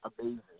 amazing